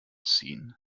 scene